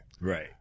Right